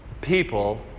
people